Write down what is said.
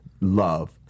love